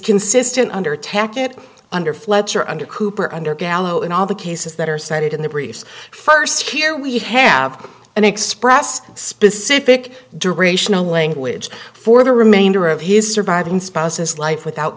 consistent under attack it under fletcher under cooper under gallo in all the cases that are cited in the briefs first here we have an express specific durational language for the remainder of his surviving spouses life without